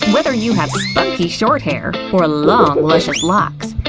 whether you have spunky short hair or long, luscious locks,